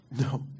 No